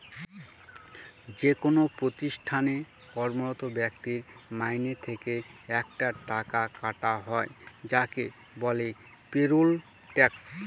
যেকোনো প্রতিষ্ঠানে কর্মরত ব্যক্তির মাইনে থেকে একটা টাকা কাটা হয় যাকে বলে পেরোল ট্যাক্স